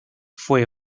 fue